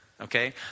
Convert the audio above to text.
Okay